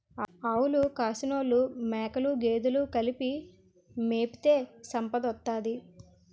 ఆవులు కాసినోలు మేకలు గేదెలు కలిపి మేపితే సంపదోత్తది